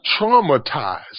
traumatized